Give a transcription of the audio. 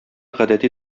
гадәти